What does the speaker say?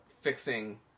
fixing